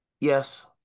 Yes